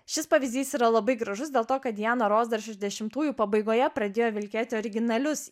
šis pavyzdys yra labai gražus dėl to kad diana ros dar šešiasdešimtųjų pabaigoje pradėjo vilkėti originalius